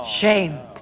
Shame